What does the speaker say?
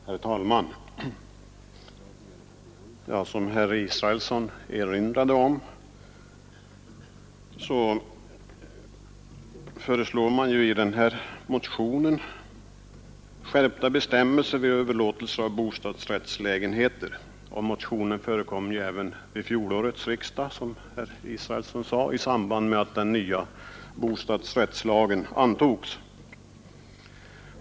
Herr talman! Som herr Israelsson erinrade om föreslås i den här motionen skärpta bestämmelser vid överlåtelse av bostadsrättslägenheter. Motionen förkom ju även vid fjolårets riksdag, som herr Israelsson sade, i samband med att den nya bostadsrättslagen antogs.